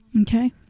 Okay